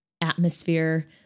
atmosphere